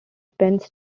spence